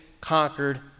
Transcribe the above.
conquered